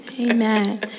Amen